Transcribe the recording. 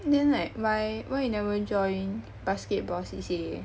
then like why why you never join basketball C_C_A